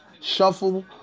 shuffle